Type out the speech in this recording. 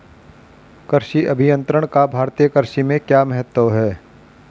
कृषि अभियंत्रण का भारतीय कृषि में क्या महत्व है?